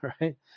right